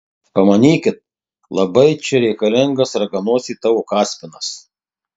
pamanykit labai čia reikalingas raganosiui tavo kaspinas